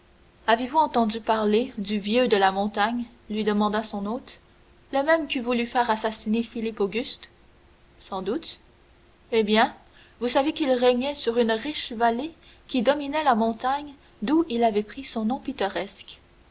avez-vous entendu parler du vieux de la montagne lui demanda son hôte le même qui voulut faire assassiner philippe auguste sans doute eh bien vous savez qu'il régnait sur une riche vallée qui dominait la montagne d'où il avait pris son nom pittoresque